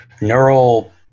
neural